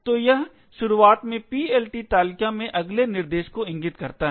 तो यह शुरुआत में PLT तालिका में अगले निर्देश को इंगित करता है